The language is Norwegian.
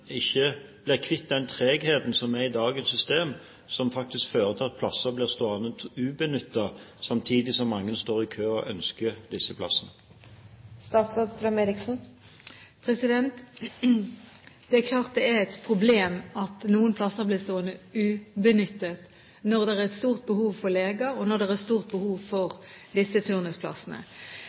tregheten som er i dagens system, som faktisk fører til at plasser blir stående ubenyttet samtidig som mange står i kø og ønsker disse plassene? Det er klart det er et problem at noen plasser blir stående ubenyttet når det er et stort behov for leger, og når det er et stort behov for disse turnusplassene.